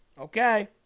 Okay